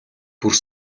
бүр